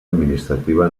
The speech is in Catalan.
administrativa